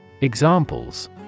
Examples